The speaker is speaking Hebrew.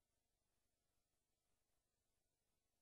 חושב שהגיע הזמן שבמושב, אז תקרא חרם, תודה רבה.